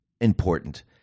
important